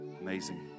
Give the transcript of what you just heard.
Amazing